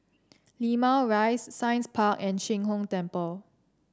Limau Rise Science Park and Sheng Hong Temple